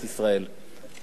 אני רוצה לומר מלה,